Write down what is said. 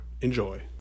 enjoy